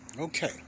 Okay